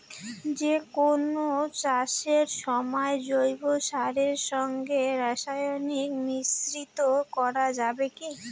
যে কোন চাষের সময় জৈব সারের সঙ্গে রাসায়নিক মিশ্রিত করা যাবে কি?